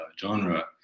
genre